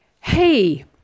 Hey